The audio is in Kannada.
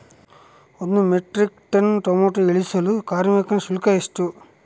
ಒಂದು ಮೆಟ್ರಿಕ್ ಟನ್ ಟೊಮೆಟೊ ಇಳಿಸಲು ಕಾರ್ಮಿಕರ ಶುಲ್ಕ ಎಷ್ಟು?